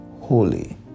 holy